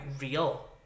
real